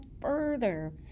further